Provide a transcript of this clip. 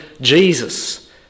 Jesus